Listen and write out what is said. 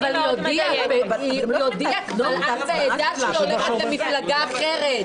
אבל היא הודיעה קבל עם ועדה שהיא הולכת למפלגה אחרת.